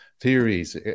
theories